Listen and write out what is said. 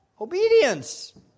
Obedience